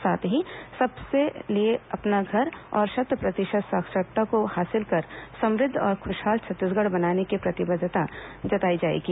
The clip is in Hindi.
साथ ही सबसे लिए अपना घर और शत प्रतिशत साक्षरता दर को हासिल कर समृद्ध और खूशहाल छत्तीसगढ़ बनाने की प्रतिबद्धता जताई जाएगी